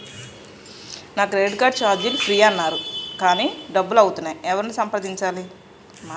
నా credit card ఛార్జీలు free అన్నారు అయినా పడుతుంది ఎవరిని సంప్రదించాలి?